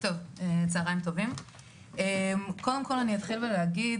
צהריים טובים, קודם כל אני אתחיל ואגיד